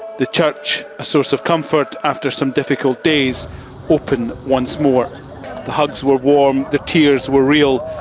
the chuch, a source of comfort after some difficult days open once more the hugs were warm. the tears were real.